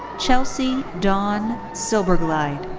chelsea dawn silberglied.